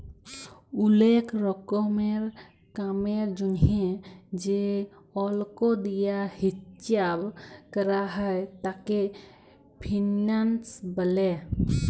ওলেক রকমের কামের জনহে যে অল্ক দিয়া হিচ্চাব ক্যরা হ্যয় তাকে ফিন্যান্স ব্যলে